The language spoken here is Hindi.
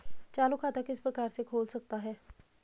चालू खाता किस प्रकार से खोल सकता हूँ?